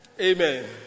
Amen